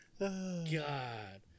god